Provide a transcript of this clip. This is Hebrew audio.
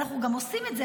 ואנחנו גם עושים את זה,